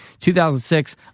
2006